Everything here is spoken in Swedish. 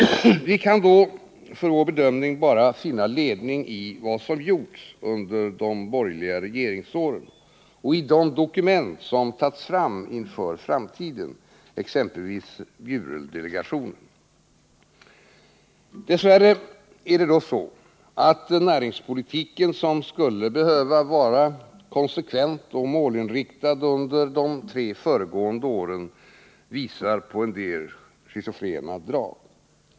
Vi kan då för vår bedömning bara finna ledning i vad som gjorts under de borgerliga regeringsåren och i de dokument som tagits fram med tanke på framtiden, exempelvis Bjurel-delegationen. Dess värre är det då så, att näringspolitiken, som skulle behöva vara konsekvent och målinriktad, under de tre föregående åren uppvisade en del schizofrena drag.